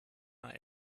mal